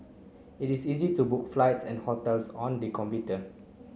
it is easy to book flights and hotels on the computer